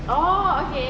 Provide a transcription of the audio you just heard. oh okay